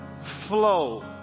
flow